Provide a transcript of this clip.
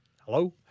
Hello